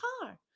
car